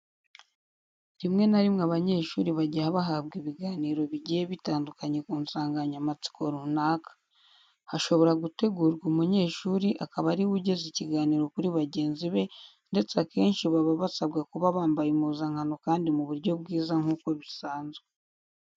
Rimwe na rimwe abanyeshuri bajya bahabwa ibiganiro bigiye bitandukanye ku nsanganyamatsiko runaka. Hashobora gutegurwa umunyeshuri akaba ari we ugeza ikiganiro kuri bagenzi be ndetse akenshi baba basabwa kuba bambaye impuzankano kandi mu buryo bwiza nk'uko bisanzwe.